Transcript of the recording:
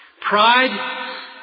Pride